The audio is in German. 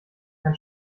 kein